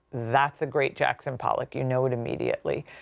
that's a great jackson pollock, you know it immediately.